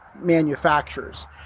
manufacturers